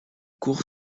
court